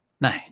No